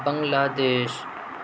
بنگلہ دیش